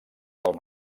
del